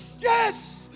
yes